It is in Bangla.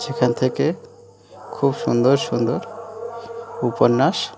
সেখান থেকে খুব সুন্দর সুন্দর উপন্যাস